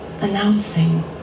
announcing